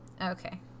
Okay